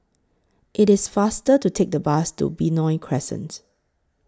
IT IS faster to Take The Bus to Benoi Crescent